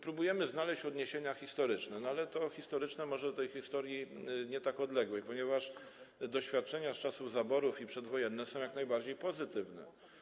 Próbujemy znaleźć odniesienia historyczne, ale to „historyczne” może dotyczyć historii nie tak odległej, ponieważ doświadczenia z czasów zaborów i przedwojenne są jak najbardziej pozytywne.